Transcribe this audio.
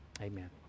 Amen